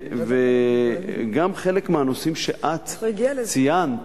גם חלק מהנושאים שאת ציינת,